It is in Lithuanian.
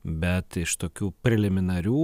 bet iš tokių preliminarių